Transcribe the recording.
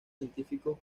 científicos